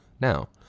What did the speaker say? Now